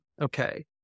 okay